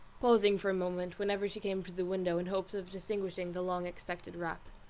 pausing for a moment whenever she came to the window, in hopes of distinguishing the long-expected rap.